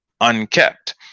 unkept